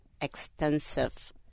extensive